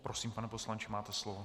Prosím, pane poslanče, máte slovo.